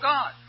God